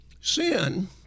Sin